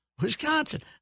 Wisconsin